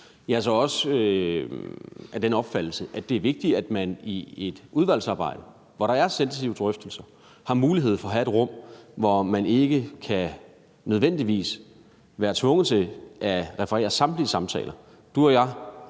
Jeg er så også af den opfattelse, at det er vigtigt, at man i et udvalgsarbejde, hvor der er sensitive drøftelser, har mulighed for at have et rum, hvor man ikke nødvendigvis er tvunget til at referere samtlige samtaler. Ordføreren